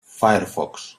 firefox